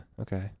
okay